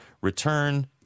return